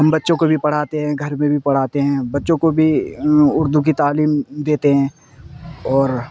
ہم بچوں کو بھی پڑھاتے ہیں گھر میں بھی پڑھاتے ہیں بچوں کو بھی اردو کی تعلیم دیتے ہیں اور